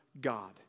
God